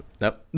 Nope